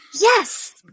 Yes